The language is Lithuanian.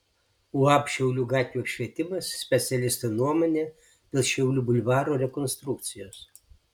uab šiaulių gatvių apšvietimas specialistų nuomonė dėl šiaulių bulvaro rekonstrukcijos